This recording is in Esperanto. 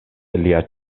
lia